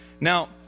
Now